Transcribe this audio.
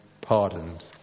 pardoned